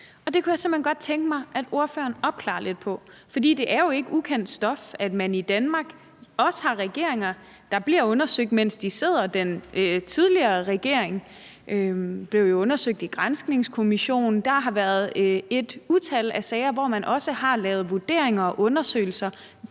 jeg simpelt hen godt tænke mig at ordføreren opklarer lidt. For det er jo ikke ukendt stof, at man i Danmark også har regeringer, der bliver undersøgt, mens de sidder. Den tidligere regering blev jo undersøgt i en granskningskommission. Der har været et utal af sager, hvor man også har lavet vurderinger og undersøgelser